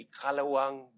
ikalawang